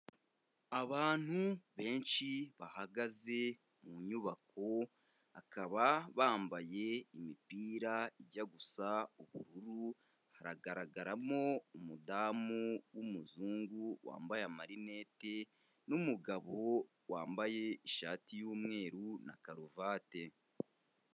Abantu benshi bahagaze mu nyubako, bakaba bambaye imipira ijya gusa ubururu haragaragaramo umudamu w'umuzungu wambaye amarinete, n'umugabo wambaye ishati y'umweru na karuvate.